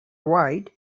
wide